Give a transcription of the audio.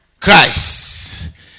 Christ